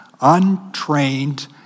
untrained